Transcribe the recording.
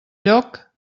lloc